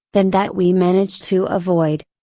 than that we manage to avoid.